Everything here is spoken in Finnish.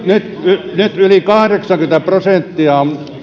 nyt nyt yli kahdeksankymmentä prosenttia